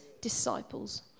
disciples